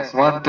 one